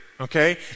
okay